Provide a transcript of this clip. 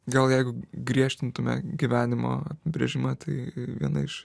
gal jeigu griežtintume gyvenimo apibrėžimą tai viena iš